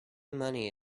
money